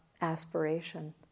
aspiration